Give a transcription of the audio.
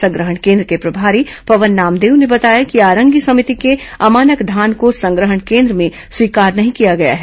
संग्रहण केन्द्र के प्रभारी पवन नामदेव ने बताया कि आरंगी समिति के अमानक धान को संग्रहण केन्द्र में स्वीकार नहीं किया गया है